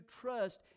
trust